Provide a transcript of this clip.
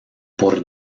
por